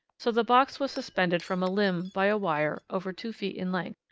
so the box was suspended from a limb by a wire over two feet in length.